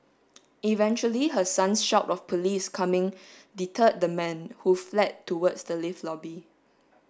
eventually her son's shout of police coming deterred the man who fled towards the lift lobby